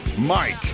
Mike